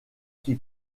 qui